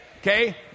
Okay